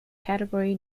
category